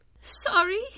Sorry